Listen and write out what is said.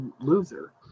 loser